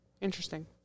Interesting